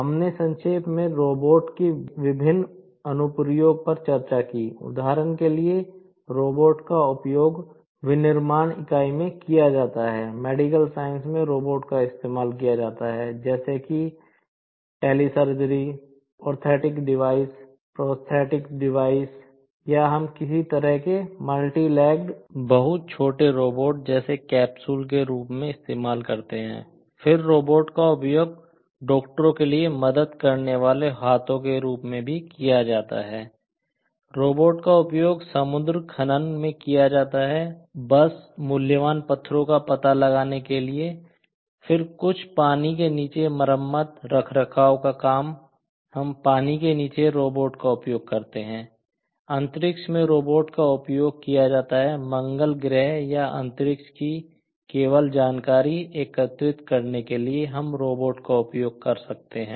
हमने संक्षेप में रोबोट का उपयोग करते हैं अंतरिक्ष में रोबोट का उपयोग करते हैं